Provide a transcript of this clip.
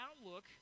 outlook